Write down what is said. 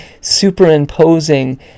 superimposing